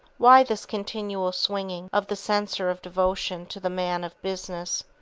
why this continual swinging of the censer of devotion to the man of business?